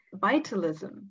Vitalism